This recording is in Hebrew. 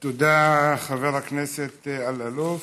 תודה, חבר הכנסת אלאלוף.